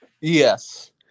Yes